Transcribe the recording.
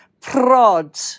prod